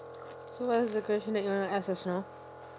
so what's the question that you wanna ask just now